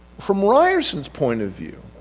from reyerson's point of view,